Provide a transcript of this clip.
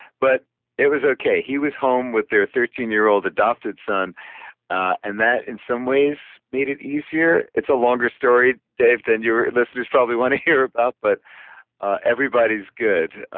but it was okay. he was home with their thirteen year old adopted son and that in some ways made it easier. it's a longer story dave then your listeners probably want to hear about but everybody's good.